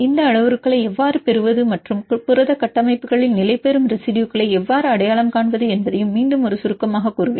இந்த அளவுருக்களை எவ்வாறு பெறுவது மற்றும் புரத கட்டமைப்புகளில் நிலைபெறும் ரெசிடுயுகளை எவ்வாறு அடையாளம் காண்பது என்பதை மீண்டும் ஒரு சுருக்கமாகக் கூறுவேன்